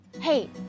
Hey